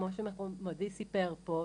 כמו שמכובדי סיפר פה,